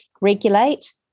regulate